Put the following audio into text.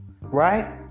Right